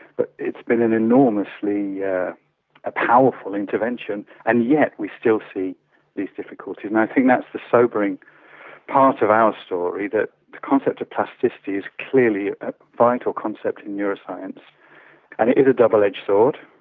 but it's been an enormously yeah powerful intervention, and yet we still see these difficulties, and i think that's the sobering part of our story, that the concept of plasticity is clearly a vital concept in neuroscience. and it is a double-edged sword.